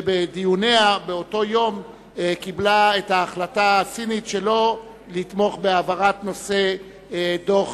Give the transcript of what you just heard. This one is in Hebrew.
ובדיוניה באותו יום קיבלה את ההחלטה הסינית שלא לתמוך בהעברת נושא דוח